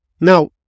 Now